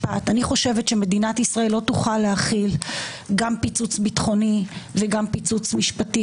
שמדינת ישראל לא תוכל להכיל גם פיצוץ ביטחוני וגם פיצוץ משפטי,